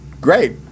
great